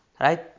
Right